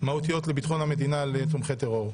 מהותיות לביטחון המדינה לתומכי טרור,